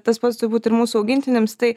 tas pats turbūt ir mūsų augintiniams tai